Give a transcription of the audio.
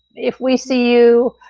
if we see you